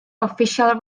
official